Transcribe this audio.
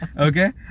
okay